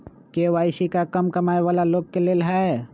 KYC का कम कमाये वाला लोग के लेल है?